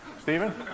Stephen